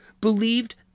believed